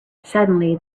suddenly